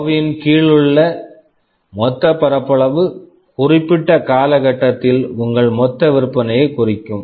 கர்வ்வின் curve கீழ் உள்ள மொத்த பரப்பளவு குறிப்பிட்ட காலகட்டத்தில் உங்கள் மொத்த விற்பனையை குறிக்கும்